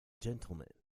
gentlemen